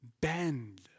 bend